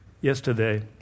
Yesterday